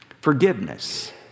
Forgiveness